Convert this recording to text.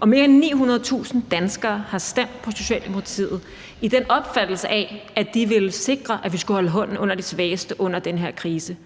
Og mere end 900.000 danskere har stemt på Socialdemokratiet med en opfattelse af, at Socialdemokratiet ville sikre, at vi skulle holde hånden under de svageste under den her krise.